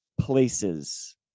places